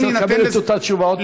אתה רוצה לקבל את אותה תשובה עוד פעם?